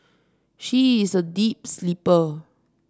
she is a deep sleeper